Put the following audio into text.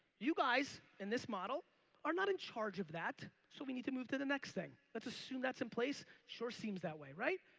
you guys in this model are not in charge of that so we need to move to the next thing. let's assume that's in place sure seems that way, right?